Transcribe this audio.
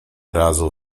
razu